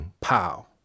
Pow